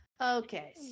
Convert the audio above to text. Okay